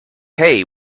hay